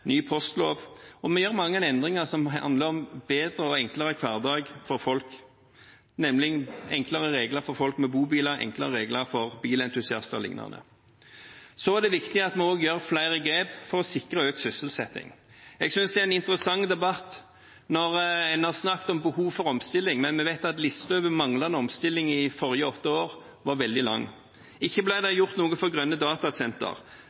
ny postlov, og vi gjør mange endringer som handler om en bedre og enklere hverdag for folk, nemlig enklere regler for de med bobiler, enklere regler for bilentusiaster o.l. Så er det viktig at vi også tar flere grep for å sikre økt sysselsetting. Jeg synes det har vært en interessant debatt når en har snakket om behovet for omstilling, men vi vet at listen over manglende omstilling i de forrige åtte år var veldig lang. Ikke ble det gjort noe for grønne datasenter,